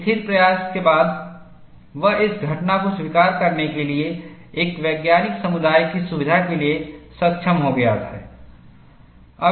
स्थिर प्रयास के बाद वह इस घटना को स्वीकार करने के लिए एक वैज्ञानिक समुदाय की सुविधा के लिए सक्षम हो गया है